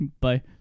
Bye